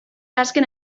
azken